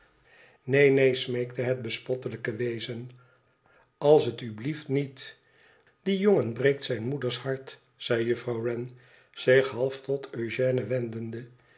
ineen neen smeekte het bespottelijke wezen tals t u blieft niet die jongen breekt zijn moeders hart zei juffrouw wren zich half tot eugène